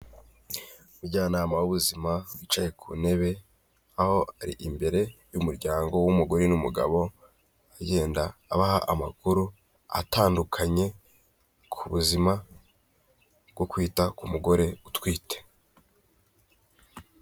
Umujyanama w'ubuzima yicaye ku ntebe aho ari imbere y'umuryango w'umugore n'umugabo agenda abaha amakuru atandukanye ku buzima bwo kwita ku mugore utwite.